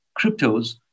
cryptos